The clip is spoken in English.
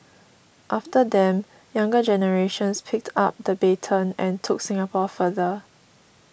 after them younger generations picked up the baton and took Singapore further